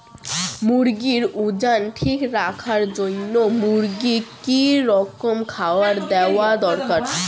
মুরগির ওজন ঠিক রাখবার জইন্যে মূর্গিক কি রকম খাবার দেওয়া দরকার?